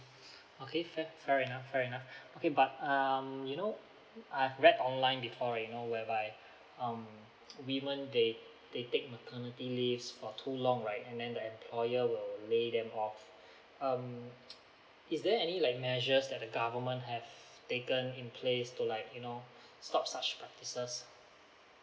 okay fair fair enough fair enough okay but um you know I've read online before you know whereby um women they they take maternity leaves for too long right and then the employer will lay them off um is there any like measures that the government have taken in place to like you know stop such practices